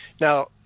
Now